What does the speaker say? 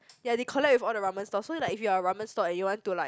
ya they collab with all the ramen stores so if you are a ramen store and you want to like